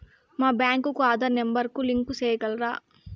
మా బ్యాంకు కు ఆధార్ నెంబర్ కు లింకు సేయగలరా?